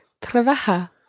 trabaja